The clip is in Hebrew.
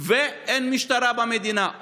ואין משטרה במדינה,